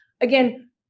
Again